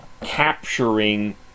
capturing